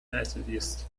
methodist